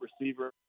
receiver